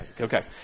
Okay